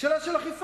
זו שאלה של אכיפה,